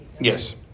Yes